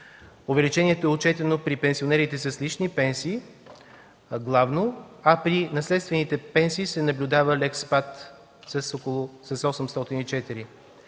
Увеличението е отчетено при пенсионерите с лични пенсии главно, а при наследствените пенсии се наблюдава лек спад с 804.